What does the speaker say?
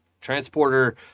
transporter